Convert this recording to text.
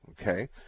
Okay